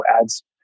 adds